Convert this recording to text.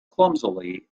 clumsily